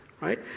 Right